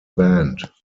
band